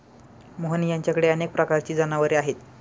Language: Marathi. मोहन यांच्याकडे अनेक प्रकारची जनावरे आहेत